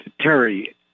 Terry